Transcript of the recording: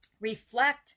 reflect